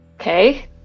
Okay